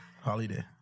holiday